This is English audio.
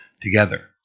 together